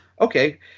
okay